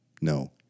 No